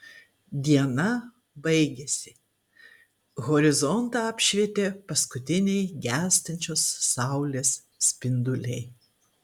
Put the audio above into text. diena baigėsi horizontą apšvietė paskutiniai gęstančios saulės spinduliai